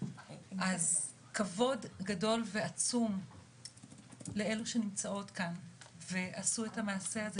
אז כבוד גדול ועצום לאלה שנמצאות כאן ועשו את המעשה הזה,